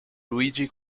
luigi